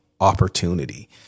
opportunity